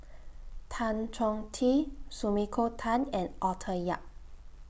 Tan Chong Tee Sumiko Tan and Arthur Yap